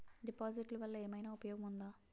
డిపాజిట్లు వల్ల ఏమైనా ఉపయోగం ఉందా?